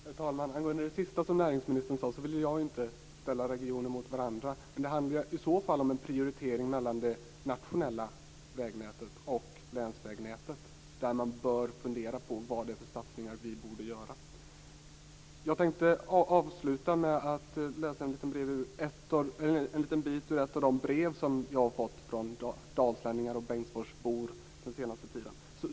Herr talman! Angående det sista som näringsministern sade vill jag inte ställa regioner mot varandra, men det handlar i så fall om en prioritering mellan det nationella vägnätet och länsvägnätet, där man bör fundera på vad det är för satsningar som vi borde göra. Jag tänkte avsluta med att läsa en liten bit ur ett av de brev som jag har fått från dalslänningar och bengtsforsbor den senaste tiden.